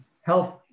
Health